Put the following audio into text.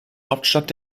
hauptstadt